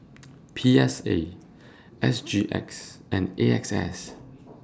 P S A S G X and A X S